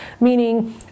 meaning